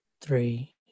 three